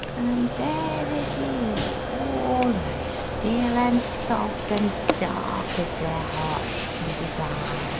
and there it is all as still, and soft, and dark as their hearts can desire,